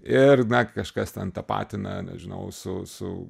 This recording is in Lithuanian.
ir na kažkas ten tapatina nežinau su su